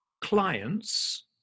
clients